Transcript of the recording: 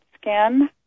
skin